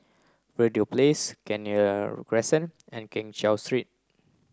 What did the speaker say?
Verde Place Kenya Crescent and Keng Cheow Street